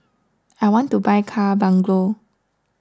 I want to buy car bungalow